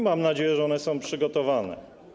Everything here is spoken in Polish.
Mam nadzieję, że one są przygotowane.